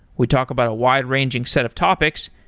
we talk about a wide-ranging set of topics,